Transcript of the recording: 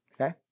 Okay